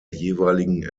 jeweiligen